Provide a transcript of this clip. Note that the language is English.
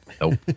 Nope